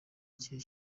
igihe